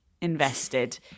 Invested